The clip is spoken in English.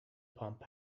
pump